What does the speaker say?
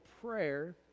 prayer